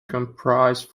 comprise